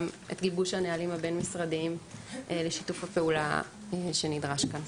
את גיבוש הנהלים הבין-משרדיים לשיתוף הפעולה שנדרש כאן.